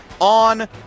on